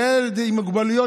הילד עם המוגבלויות,